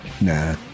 Nah